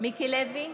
מיקי לוי,